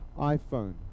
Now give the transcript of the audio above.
iPhone